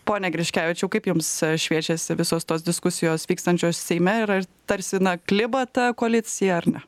pone griškevičiau kaip jums šviečiasi visos tos diskusijos vykstančios seime ir ar tarsi na kliba ta koalicija ar ne